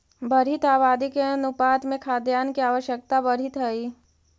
बढ़ीत आबादी के अनुपात में खाद्यान्न के आवश्यकता बढ़ीत हई